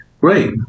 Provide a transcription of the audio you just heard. Great